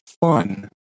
fun